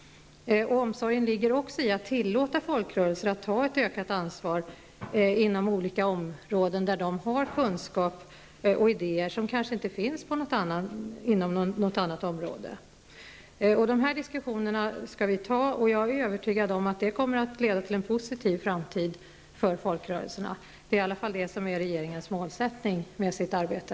Omsorgen ligger också i att man tillåter folkrörelser att ta ett ökat ansvar inom olika områden där de har kunskap och idéer som kanske inte finns på annat håll. Vi skall ta dessa diskussioner, och jag är övertygad om att det kommer att leda till en positiv framtid för folkrörelserna. Det är i alla fall det som är målet för regeringens arbete.